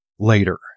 Later